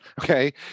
okay